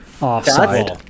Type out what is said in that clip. offside